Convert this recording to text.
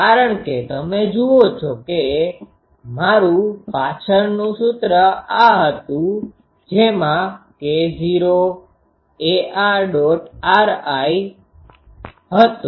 કારણ કે તમે જુઓ છો કે મારૂ પાછળનું સૂત્ર આ હતુ જેમાં k0 ar ·ri હતું